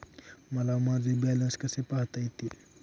मला माझे बॅलन्स कसे पाहता येईल?